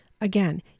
Again